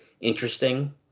interesting